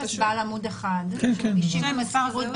זה טופס בעל עמוד אחד --- 115 שקלים,